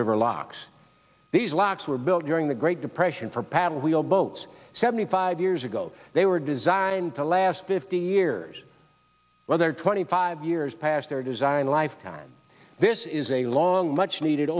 river locks these locks were built during the great depression for paddlewheel boats seventy five years ago they were designed to last fifty years well they're twenty five years past their design life time this is a long much needed